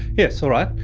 yes. all right.